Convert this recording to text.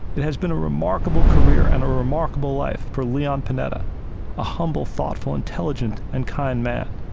it has been a remarkable career and a remarkable life for leon panetta a humble, thoughtful, intelligent, and kind man.